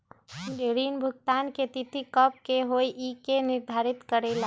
ऋण भुगतान की तिथि कव के होई इ के निर्धारित करेला?